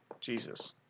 jesus